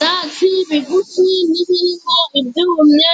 Ibyatsi bigufi n'ibirimo ibyumye,